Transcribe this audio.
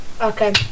Okay